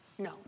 No